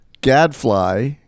gadfly